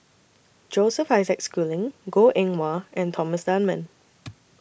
Joseph Isaac Schooling Goh Eng Wah and Thomas Dunman